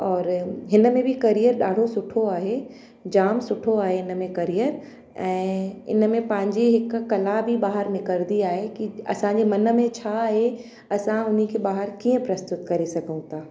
और हिन में बि करियर ॾाढो सुठो आहे जाम सुठो आहे इन में करियर ऐं इन में पंहिंजी हिकु कला बि ॿाहिरि निकिरंदी आहे की असांजे मन में छा आहे असां उन खे ॿाहिरि कीअं प्रस्तुत करे सघूं था